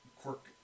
quirk